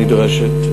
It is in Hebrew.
הנדרשת.